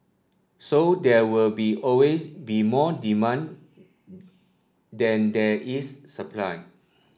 so there will be always be more demand that there is supply